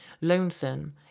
lonesome